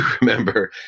remember